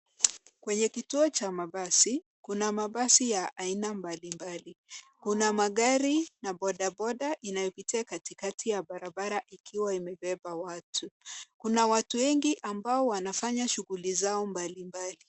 Kwenye kituo cha mabasi, kuna mabasi ya aina mbali mbali. Kuna magari na boda boda insyopitia katikati ya barabara ikiwa imebeba watu. Kuna watu wengi ambao wanafanya shughuli zao mbali mbali.